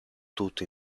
tutto